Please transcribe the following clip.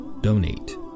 donate